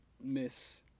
miss